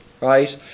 right